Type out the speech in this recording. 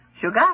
Sugar